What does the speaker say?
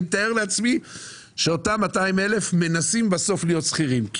מתאר לעצמי שאותם 200,000 מנסים בסוף להיות שכירים,